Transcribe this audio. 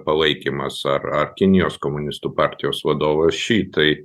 palaikymas ar ar kinijos komunistų partijos vadovas ši tai